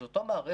זו אותה מערכת